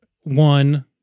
One